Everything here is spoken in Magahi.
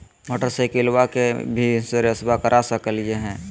मोटरसाइकिलबा के भी इंसोरेंसबा करा सकलीय है?